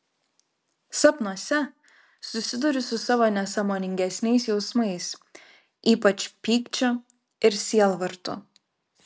sapnuose susiduriu su savo nesąmoningesniais jausmais ypač pykčiu ir sielvartu